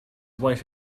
wife